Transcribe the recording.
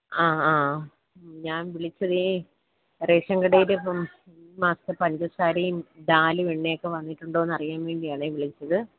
ആ ആ ഞാൻ വിളിച്ചതെ റേഷൻ കടയിൽ ഇപ്പം ഈ മാസത്തെ പഞ്ചസാരയും ഡാലും എണ്ണയൊക്കെ വന്നിട്ടുണ്ടോ എന്നറിയാൻ വേണ്ടിയാണെ വിളിച്ചത്